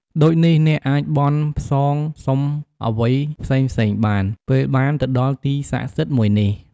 ដូចនេះ អ្នកអាចបន់ផ្សងសុំអ្វីផ្សេងៗបាន ពេលបានទៅដល់ទីស័ក្តិសិទ្ធមួយនេះ។